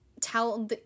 tell